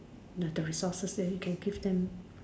like the resources you can give them